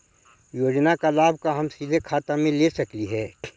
योजना का लाभ का हम सीधे खाता में ले सकली ही?